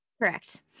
Correct